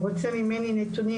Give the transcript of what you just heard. רוצה ממני נתוני,